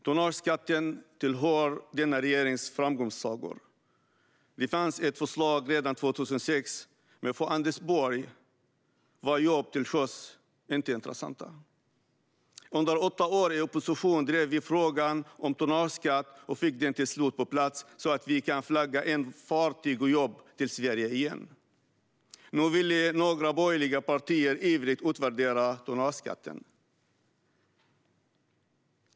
Tonnageskatten tillhör denna regerings framgångssagor. Det fanns ett förslag redan 2006, men för Anders Borg var jobb till sjöss inte intressanta. Under åtta år i opposition drev vi frågan om tonnageskatt och fick den till slut på plats så att vi kan flagga in fartyg och jobb till Sverige igen. Nu vill några borgerliga partier ivrigt utvärdera tonnageskatten.